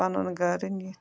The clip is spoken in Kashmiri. پَنُن گَرٕ نِتھ